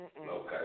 Okay